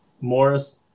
Morris